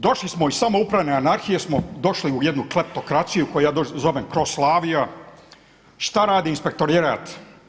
Došli smo, iz samoupravne anarhije smo došli u jednu kleptokraciju koju ja zovem „Croslavija“, šta radi inspektorat.